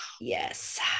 Yes